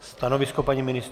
Stanovisko paní ministryně?